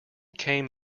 came